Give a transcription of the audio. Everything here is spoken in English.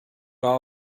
all